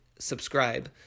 subscribe